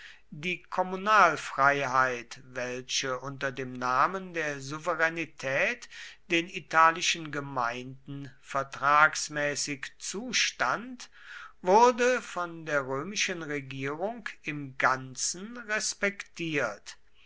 die kommunalfreiheit welche unter dem namen der souveränität den italischen gemeinden vertragsmäßig zustand wurde von der römischen regierung im ganzen respektiert